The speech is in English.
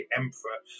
emperor